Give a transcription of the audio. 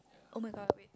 [oh]-my-god wait